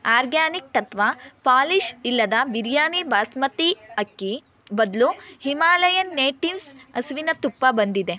organic ತತ್ತ್ವ polish ಇಲ್ಲದ ಬಿರಿಯಾನಿ ಬಾಸ್ಮತಿ ಅಕ್ಕಿ ಬದಲು ಹಿಮಾಲಯನ್ ನೇಟೀವ್ಸ್ ಹಸುವಿನ ತುಪ್ಪ ಬಂದಿದೆ